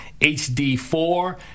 HD4